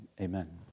amen